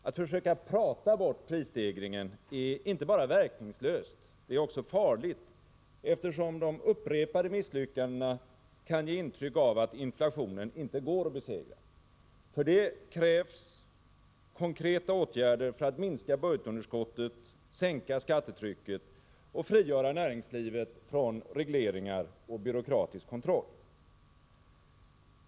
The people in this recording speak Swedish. Att försöka prata bort prisstegringarna är inte bara verkningslöst — det är också farligt, eftersom de upprepade misslyckandena kan ge intryck av att inflationen inte går att besegra. För det krävs konkreta åtgärder för att minska budgetunderskottet, sänka skattetrycket och frigöra näringslivet från regleringar och byråkratisk kontroll.